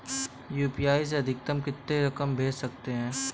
UPI से अधिकतम कितनी रकम भेज सकते हैं?